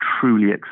truly